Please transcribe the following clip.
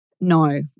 No